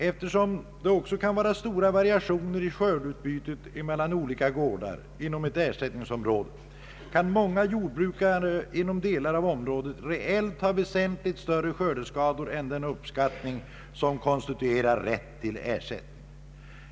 Eftersom det kan vara stora variationer i skördeutbytet mellan olika gårdar inom ett ersättningsområde kan många jordbrukare inom delar av jordbruket reellt ha väsentligt större skördeskador än den uppskattning som konstituerar rätt till ersättning.